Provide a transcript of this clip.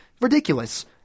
Ridiculous